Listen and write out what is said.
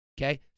Okay